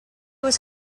was